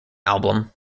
album